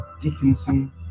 dickinson